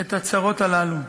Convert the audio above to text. את הצרות האלה.